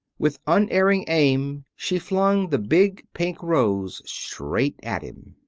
with unerring aim she flung the big pink rose straight at him.